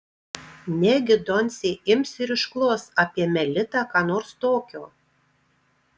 negi doncė ims ir išklos apie melitą ką nors tokio